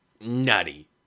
nutty